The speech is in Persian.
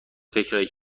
فکرایی